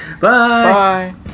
Bye